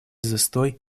застой